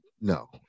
no